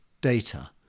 data